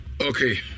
Okay